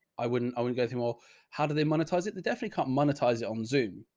i wouldn't, i want to go through or how do they monetize it? the definitely can't monetize it on zoom.